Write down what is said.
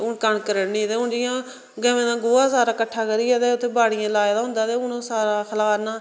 हुन कनक रढ़नी ते हुन जियां गवें दा गोहा सारा कट्ठा करियै ते बाड़ियै लाए दा हुंदा ते हुन सारा खलारना